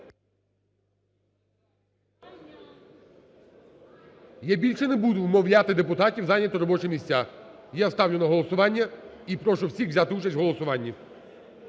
Я більше не буду вмовляти депутатів зайняти робочі місця. Я ставлю на голосування, і прошу всіх взяти участь в голосуванні.